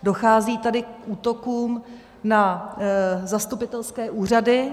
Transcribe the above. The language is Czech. Dochází tady k útokům na zastupitelské úřady.